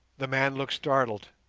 the man looked startled,